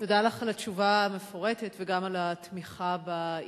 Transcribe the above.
תודה לך על התשובה המפורטת וגם על התמיכה בעיקרון.